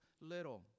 little